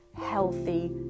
healthy